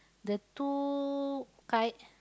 the two kite